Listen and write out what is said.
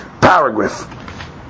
paragraph